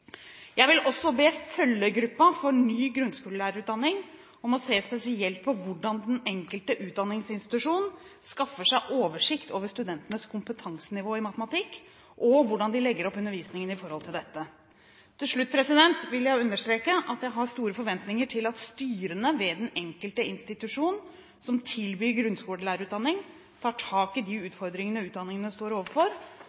Jeg vil også be Følgegruppen for ny grunnskolelærerutdanning om å se spesielt på hvordan den enkelte utdanningsinstitusjon skaffer seg oversikt over studentenes kompetansenivå i matematikk, og hvordan de legger opp undervisningen når det gjelder dette. Til slutt vil jeg understreke at jeg har store forventninger til at styrene ved de enkelte institusjonene som tilbyr grunnskolelærerutdanning, tar tak i de